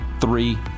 Three